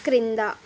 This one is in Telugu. క్రింద